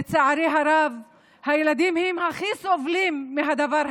לצערי הרב הילדים הכי סובלים מהדבר הזה.